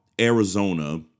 Arizona